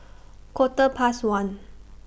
Quarter Past one